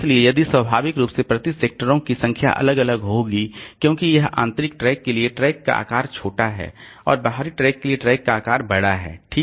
इसलिए यदि स्वाभाविक रूप से प्रति ट्रैक सेक्टरों की संख्या अलग अलग होगी क्योंकि इस आंतरिक ट्रैक के लिए ट्रैक का आकार छोटा है और बाहरी ट्रैक के लिए ट्रैक का आकार बड़ा है ठीक है